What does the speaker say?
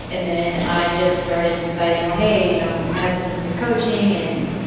and then i just started deciding, oh, hey, you know, my husband has been coaching and, you